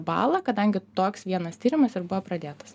balą kadangi toks vienas tyrimas ir buvo pradėtas